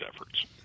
efforts